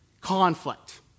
conflict